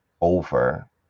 over